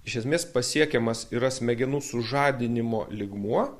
iš esmės pasiekiamas yra smegenų sužadinimo lygmuo